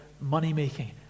money-making